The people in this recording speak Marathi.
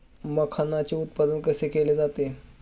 मखाणाचे उत्पादन कसे केले जाते?